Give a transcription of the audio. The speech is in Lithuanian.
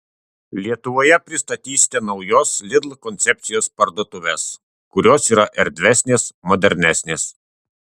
lietuvoje pristatysite naujos lidl koncepcijos parduotuves kurios yra erdvesnės modernesnės